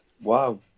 wow